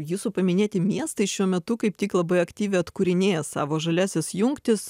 jūsų paminėti miestai šiuo metu kaip tik labai aktyviai atkūrinėja savo žaliąsias jungtis